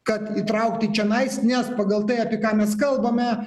kad įtraukti čenais nes pagal tai apie ką mes kalbame